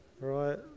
Right